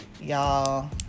Y'all